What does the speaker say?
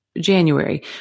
January